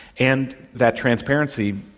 and that transparency,